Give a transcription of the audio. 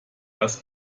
das